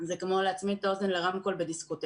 זה כמו להצמיד את אוזן לרמקול בדיסקוטק.